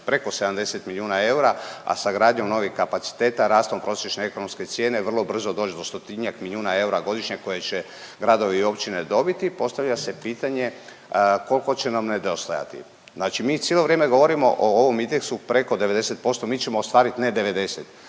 preko 70 milijuna eura, a sa gradnjom novih kapaciteta, rastom prosječne ekonomske cijene vrlo brzo doći do 100-tinjak milijuna eura godišnje koje će gradovi i općine dobiti postavlja se pitanje koliko će nam nedostajati. Znači mi cijelo vrijeme govorimo o ovom indeksu preko 90%. Mi ćemo ostvarit ne 90,